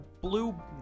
blue